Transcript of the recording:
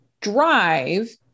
drive